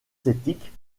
techniques